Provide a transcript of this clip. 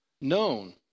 known